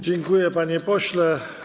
Dziękuję, panie pośle.